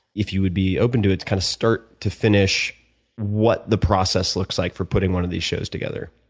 if you would be open to it, kind of start to finish what the process looks like for putting one of these shows together.